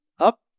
up